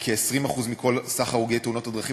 מכ-20% מכל סך הרוגי תאונות הדרכים